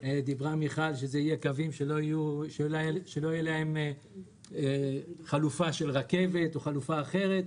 אמרה מיכל שהם יהיו קווים שלא תהיה להם חלופה של רכבת או חלופה אחרת,